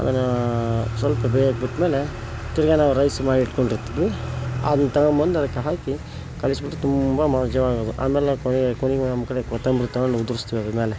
ಅದನ್ನು ಸ್ವಲ್ಪ ಬೇಯಕ್ಕೆ ಬಿಟ್ಟ ಮೇಲೆ ತಿರ್ಗಿ ನಾವು ರೈಸ್ ಮಾಡಿಟ್ಟುಕೊಂಡಿರ್ತೀವಿ ಅದನ್ನು ತೊಗೊಂಡ್ಬಂದು ಅದಕ್ಕೆ ಹಾಕಿ ಕಲಿಸ್ಬಿಟ್ಟು ತುಂಬ ಆಮೇಲೆ ಕೊನಿಗೆ ಕೊನಿಗೆ ನಮ್ಮ ಕಡೆ ಕೊತ್ತಂಬರಿ ತಗಂಡು ಉದ್ರುಸ್ತೀವಿ ಅದ್ರ ಮೇಲೆ